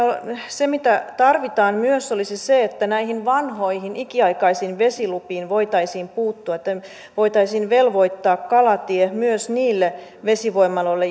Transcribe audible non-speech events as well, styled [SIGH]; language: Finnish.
se mitä tarvitaan myös olisi se että näihin vanhoihin ikiaikaisiin vesilupiin voitaisiin puuttua että voitaisiin velvoittaa kalatie myös niille vesivoimaloille [UNINTELLIGIBLE]